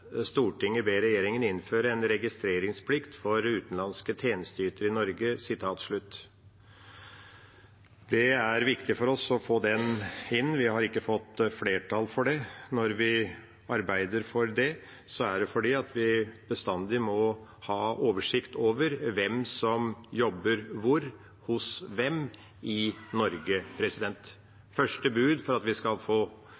ber regjeringen innføre en registreringsplikt for utenlandske tjenesteytere i Norge.» Det er viktig for oss å få det inn. Vi har ikke fått flertall for det. Når vi arbeider for det, er det fordi vi bestandig må ha oversikt over hvem som jobber hvor, hos hvem, i Norge. Første bud for at vi skal få